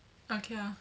okay lah